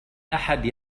أحد